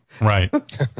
Right